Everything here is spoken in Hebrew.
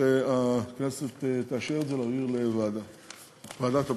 שהכנסת תאשר את זה, להעביר לוועדת הפנים.